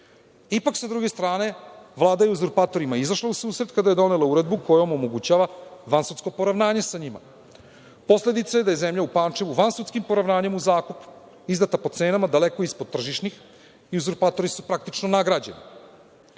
Ipak, sa druge strane, Vlada je uzurpatorima izašla u susret kada je donela uredbu kojom omogućava vansudsko poravnanje sa njima. Posledica je da je zemlja u Pančevu vansudskim poravnanjem u zakup izdata po cenama daleko ispod tržišnih i uzurpatori su praktično nagrađeni. Posledica